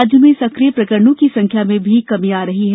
राज्य में सकिय प्रकरणों की संख्या में भी कमी आ रही है